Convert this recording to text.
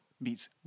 meets